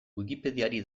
wikipediari